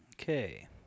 Okay